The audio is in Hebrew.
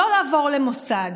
לא לעבור למוסד.